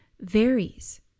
varies